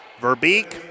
Verbeek